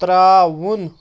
ترٛاوُن